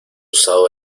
usado